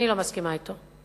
אני לא מסכימה אתו.